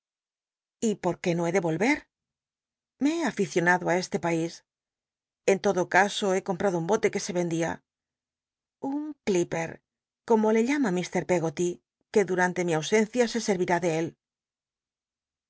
y por qué no he de voll'er lic he aficionado á cslc pais en l odo caso he comprado un bote que se vendía un clipper como le llama m pcggoty que durante mi ausencia se senirá de él